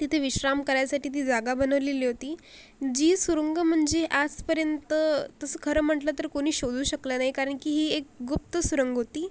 तिथे विश्राम करायसाठी ती जागा बनवलेली होती जी सुरुंग म्हणजे आजपर्यंत तसं खरं म्हटलं तर कोणी शोधू शकलं नाही कारण की ही एक गुप्त सुरंग होती